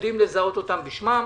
יודעים לזהותם בשמם.